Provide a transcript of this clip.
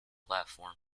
platform